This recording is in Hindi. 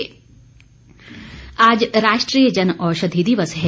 जन औषधि आज राष्ट्रीय जन औषधि दिवस है